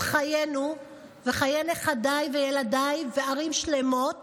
חיינו ואת חיי נכדיי וילדיי וערים שלמות